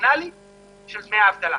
הפרופורציונלי של דמי האבטלה.